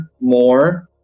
more